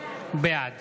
בעד